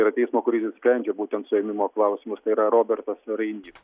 tai yra teismo kuris ir sprendžia būtent suėmimo klausimus tai yra robertas rainys